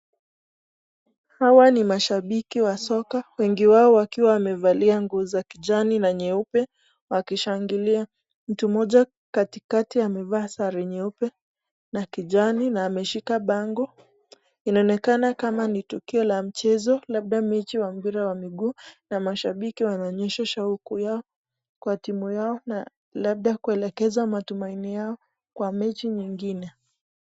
Hawa ni mashabiki wa soka, wengi wao wakiwa wamevalia nguo za kijani na nyeupe wakishangilia. Mtu moja katikati, amevalia shatii nyeupe na kijani na ameshika bango. Inonekana kama ni tukio la mchezo labda mechi ya mpira wa mguu, na mashabiki wanaonyesha shauku yao kwa timu yao na labda kuelekeza matumaini yao kwa mechi nyingine.